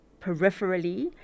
peripherally